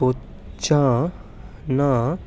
पुच्छा ना